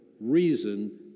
reason